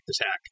attack